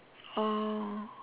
oh